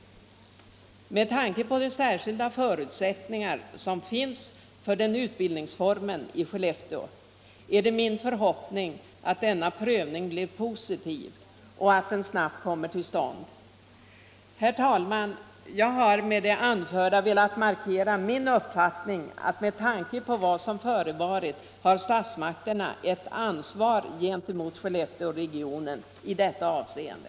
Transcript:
Med tanke på de särskilda förutsättningar som finns för den utbildningsformen i Skellefteå är det min förhoppning att denna prövning blir positiv och snabbt kommer till stånd. Herr talman! Jag har med det anförda velat markera min uppfattning att med tanke på vad som förevarit har statsmakterna ett ansvar gentemot Skellefteåregionen i detta avseende.